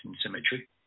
symmetry